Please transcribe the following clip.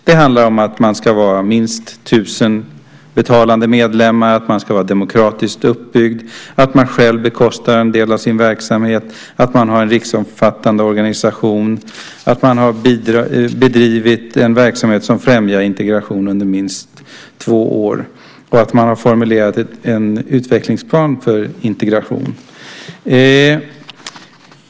Det handlar om att man ska vara minst 1 000 betalande medlemmar, att man ska vara demokratiskt uppbyggd, att man själv bekostar en del av sin verksamhet, att man har en riksomfattande organisation, att man under minst två år har bedrivit en verksamhet som främjar integration och att man har formulerat en utvecklingsplan för integration.